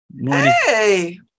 Hey